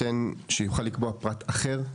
שיוכל לקבוע פרט אחר?